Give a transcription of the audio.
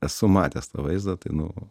esu matęs tą vaizdą tai nu